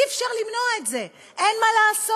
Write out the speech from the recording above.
אי-אפשר למנוע את זה, אין מה לעשות.